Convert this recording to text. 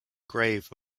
grave